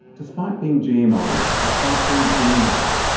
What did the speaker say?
despite being gmo, despite being gene edited,